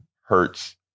hurts